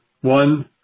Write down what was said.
one